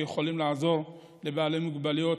שיכולות לעזור לבעלי מוגבלויות,